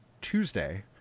Tuesday